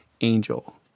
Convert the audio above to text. Angel